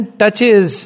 touches